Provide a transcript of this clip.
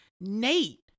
Nate